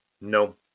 No